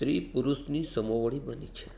સ્ત્રી પુરુષની સમોવડી બની છે